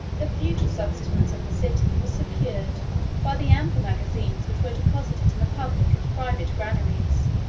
the future subsistence of the city was secured by the ample magazines which were deposited in the public and private granaries.